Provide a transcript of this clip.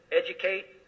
educate